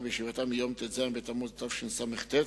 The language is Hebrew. בישיבתה ביום ט"ז בתמוז התשס"ט,